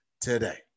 today